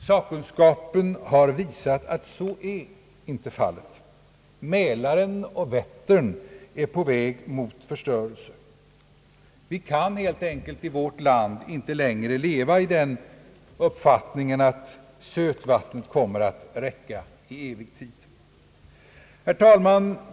Sakkunskapen har visat att den föreställningen inte är riktig. Mälaren och Vättern är på väg mot förstörelse. Vi kan i vårt land helt enkelt inte längre leva i den uppfattningen att sötvattnet kommer att räcka i evig tid. Herr talman!